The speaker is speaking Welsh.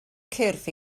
cyrff